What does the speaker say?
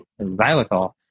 xylitol